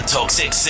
Toxic